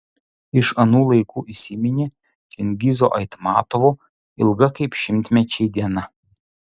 iš anų laikų įsiminė čingizo aitmatovo ilga kaip šimtmečiai diena